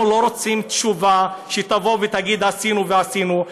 אנחנו לא רוצים תשובה שתבוא ותגיד: עשינו ועשינו.